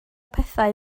pethau